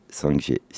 5G